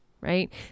right